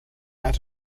out